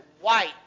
white